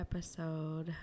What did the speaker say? episode